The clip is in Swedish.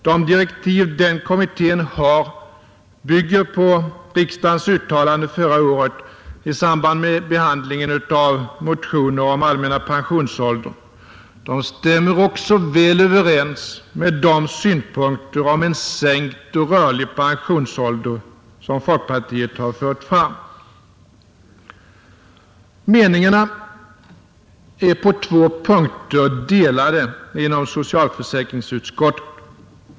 De direktiv, som den kommittén har, bygger på riksdagens uttalande förra året i samband med behandlingen av motioner om den allmänna pensionsåldern. De stämmer också väl överens med de synpunkter om en sänkt och rörlig pensionsålder som folkpartiet har fört fram. Meningarna är på två punkter delade inom socialförsäkringsutskottet.